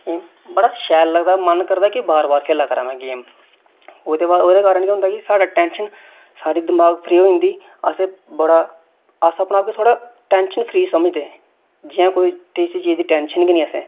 बड़ा शैल लगदा मन करदा कि बार बार खेलां करां मैं गेम ओह्दे बाद ओह्दे कारण केह् होंदा कि सारे टेंशन साढ़ी दमाग फ्री होई जंदी असें बड़ा अस अपने आप गी थोह्ड़ा टेंशन फ्री समझदे जि'यां कोई किसी चीज दी टेंशन के नी असेंगी